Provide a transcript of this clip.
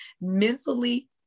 mentally